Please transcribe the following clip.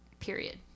period